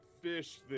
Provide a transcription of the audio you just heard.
fish